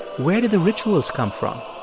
where did the rituals come from?